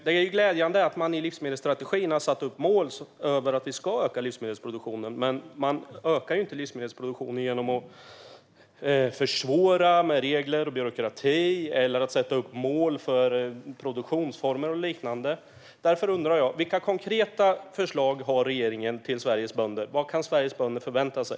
Det är glädjande att man i livsmedelsstrategin har satt upp mål om att vi ska öka livsmedelsproduktionen. Men man ökar inte livsmedelsproduktionen genom att försvåra med regler och byråkrati eller sätta upp mål för produktionsformer och liknande. Därför undrar jag vilka konkreta förslag regeringen har till Sveriges bönder. Vad kan Sveriges bönder förvänta sig?